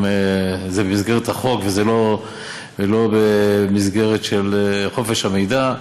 אם זה במסגרת החוק וזה לא במסגרת של חופש המידע,